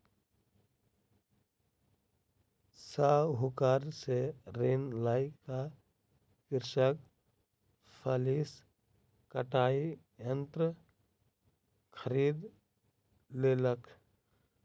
साहूकार से ऋण लय क कृषक फसिल कटाई यंत्र खरीद लेलक